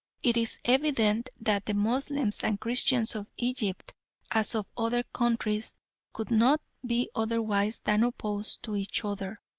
it is evident that the moslems and christians of egypt as of other countries could not be otherwise than opposed to each other,